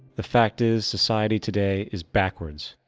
the fact is, society today is backwards,